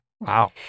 Wow